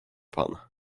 pan